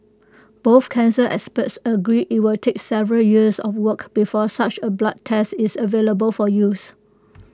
both cancer experts agree IT will take several years of work before such A blood test is available for use